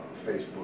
Facebook